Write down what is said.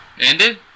ended